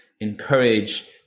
encourage